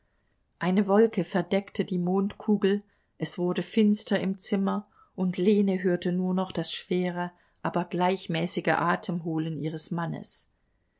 eine wolke verdeckte die mondkugel es wurde finster im zimmer und lene hörte nur noch das schwere aber gleichmäßige atemholen ihres mannes